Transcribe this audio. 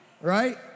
right